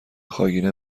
خاگینه